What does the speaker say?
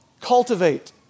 cultivate